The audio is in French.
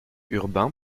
urbain